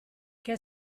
che